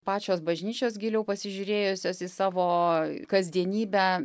pačios bažnyčios giliau pasižiūrėjusios į savo kasdienybę